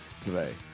Today